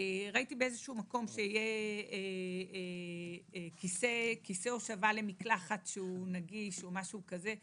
ראיתי באיזה מקום שיהיה כיסא הושבה למקלחת שהוא נגיש או משהו כזה.